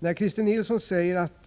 Christer Nilsson påstår att